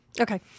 Okay